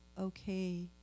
okay